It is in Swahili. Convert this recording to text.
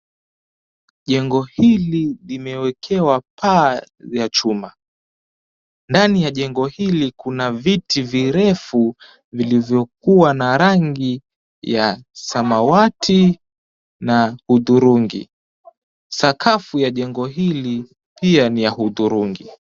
Jengo hili limeekewa paa ya chuma. Ndani ya jengo hili kuna viti virefu vilivyokuwa na rangi ya samawati na hudhurungi. Sakafu ya jengo hili pia ni ya hudhurungi.